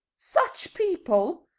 such people!